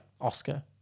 Oscar